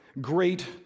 great